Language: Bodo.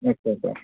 आत्सा आत्सा